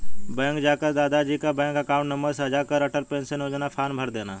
bank जाकर दादा जी का बैंक अकाउंट नंबर साझा कर अटल पेंशन योजना फॉर्म भरदेना